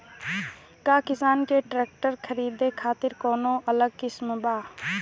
का किसान के ट्रैक्टर खरीदे खातिर कौनो अलग स्किम बा?